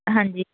ਹਾਂਜੀ